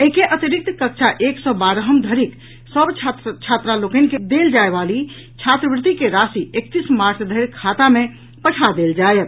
एहि के अतिरिक्त कक्षा एक सँ बारहम धरिक सभ छात्र छात्रा लेकनि के देल जाय वाली छात्रवृत्ति के राशि एकतीस मार्च धरि खाता मे पठा देल जायत